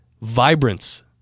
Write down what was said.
vibrance